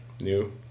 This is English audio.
New